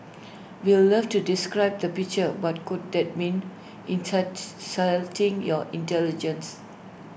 we'll love to describe the picture but could that mean your intelligence